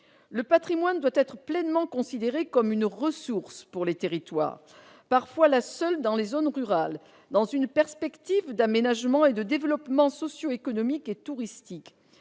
Le patrimoine doit être pleinement considéré comme une ressource pour les territoires- c'est parfois la seule dans les zones rurales -, dans une perspective d'aménagement et de développement socio-économique et touristique.